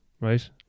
right